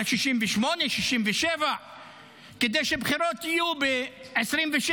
ל-68, 67 חברי כנסת, כדי שהבחירות יהיו ב-2026.